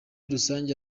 rusange